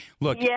look